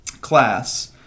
class